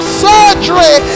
surgery